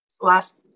last